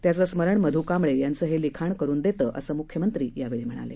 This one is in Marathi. त्याचं स्मरण मध् कांबळे यांचं हे लिखाण करून देतं असं मुख्यमंत्री म्हणाले